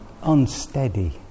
unsteady